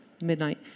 midnight